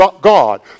God